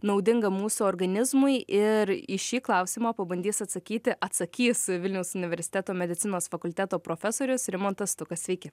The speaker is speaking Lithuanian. naudinga mūsų organizmui ir į šį klausimą pabandys atsakyti atsakys vilniaus universiteto medicinos fakulteto profesorius rimantas stukas sveiki